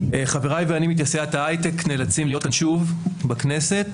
חבריי ואני מתעשיית ההיי-טק נאלצים להיות כאן שוב בכנסת.